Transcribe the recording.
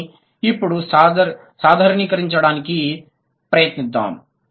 కానీ ఇప్పుడు సాధారణీకరించడానికి ప్రయత్నిద్దాం